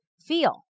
feel